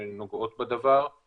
שני הנתונים האלה חשובים מאוד,